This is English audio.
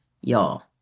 Y'all